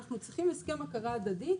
אנחנו צריכים הסכם הכרה הדדית.